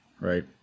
right